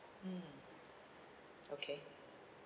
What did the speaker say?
mm okay